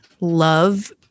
love